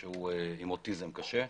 שהוא עם אוטיזם קשה.